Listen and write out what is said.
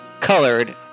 colored